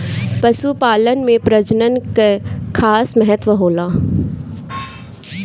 पशुपालन में प्रजनन कअ खास महत्व होला